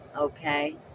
Okay